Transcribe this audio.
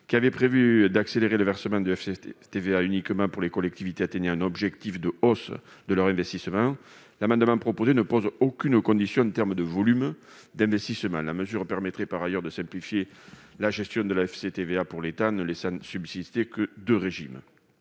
qui avait prévu d'accélérer le versement du FCTVA uniquement pour les collectivités atteignant un objectif de hausse de leur investissement, notre proposition ne pose aucune condition en termes de volume d'investissement. Par ailleurs, cette mesure permettrait de simplifier la gestion du FCTVA pour l'État, en ne laissant subsister que deux régimes.